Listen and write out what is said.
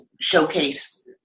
showcase